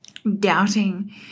doubting